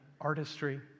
artistry